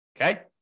okay